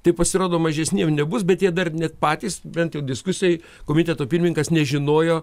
tai pasirodo mažesniem nebus bet jie dar net patys bent jau diskusijoj komiteto pirmininkas nežinojo